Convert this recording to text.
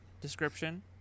description